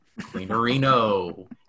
cleanerino